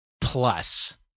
plus